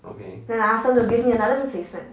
then I asked them to give me another replacement